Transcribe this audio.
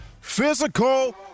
physical